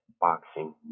boxing